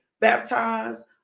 baptized